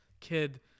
kid